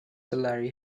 larry